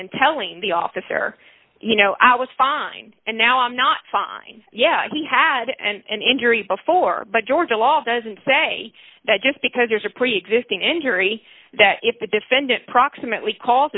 and telling the officer you know i was fine and now i'm not fine yes he had an injury before but georgia law doesn't say that just because there's a preexisting injury that if the defendant proximately call